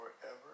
forever